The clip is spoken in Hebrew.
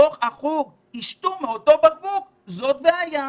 בחוג ישתו מאותו בקבוק זו בעיה,